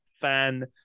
fan